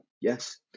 Yes